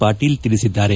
ಪಾಟೀಲ್ ತಿಳಿಸಿದ್ದಾರೆ